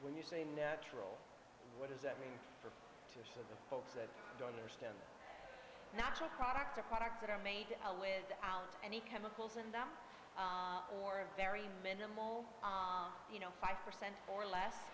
when you say natural what does that mean for the folks that don't understand natural products or products that are made to a with out any chemicals in them or a very minimal you know five percent or less